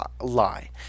lie